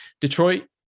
Detroit